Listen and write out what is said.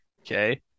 Okay